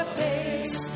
face